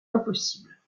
impossibles